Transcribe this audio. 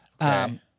Okay